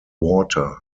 water